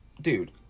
dude